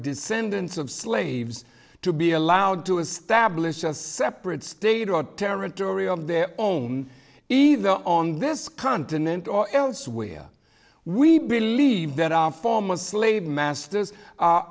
descendants of slaves to be allowed to establish a separate state or territory of their own either on this continent or elsewhere we believe that our former slave masters